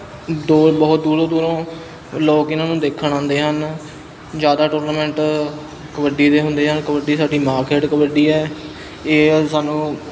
ਦੋ ਬਹੁਤ ਦੂਰੋਂ ਦੂਰੋਂ ਲੋਕ ਇਹਨਾਂ ਨੂੰ ਦੇਖਣ ਆਉਂਦੇ ਹਨ ਜ਼ਿਆਦਾ ਟੂਰਨਾਮੈਂਟ ਕਬੱਡੀ ਦੇ ਹੁੰਦੇ ਹਨ ਕਬੱਡੀ ਸਾਡੀ ਮਾਂ ਖੇਡ ਕਬੱਡੀ ਹੈ ਇਹ ਸਾਨੂੰ